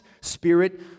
spirit